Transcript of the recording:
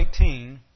18